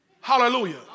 Hallelujah